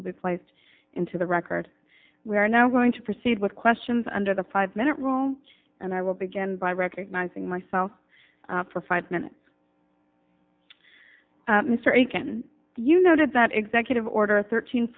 will be placed into the record we are now going to proceed with questions under the five minute rule and i will be and by recognizing myself for five minutes mr aiken you noted that executive order thirteen